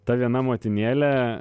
ta viena motinėlė